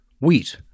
wheat